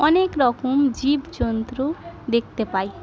অনেক রকম জীবজন্তু দেখতে পায়